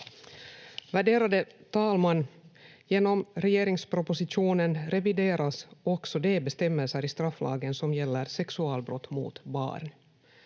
Värderade talman! Genom regeringspropositionen revideras också de bestämmelser i strafflagen som gäller sexualbrott mot barn.